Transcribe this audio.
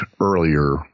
earlier